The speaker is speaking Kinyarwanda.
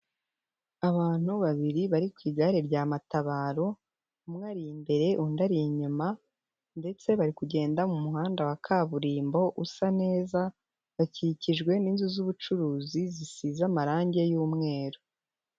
Abantu babiri bari ku igare rya matabaro umwe ari imbere undi ari inyuma ndetse bari kugenda mu muhanda wa kaburimbo usa neza bakikijwe n'inzu z'ubucuruzi zisize amarangi y'umweru.